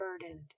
burdened